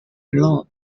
law